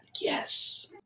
Yes